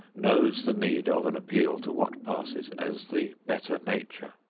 knows the need of an appeal to what passes as the better nature.